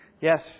Yes